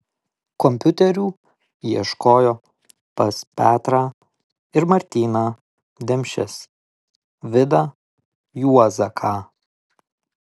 kompiuterių ieškojo pas petrą ir martyną demšes vidą juozaką